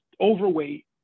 overweight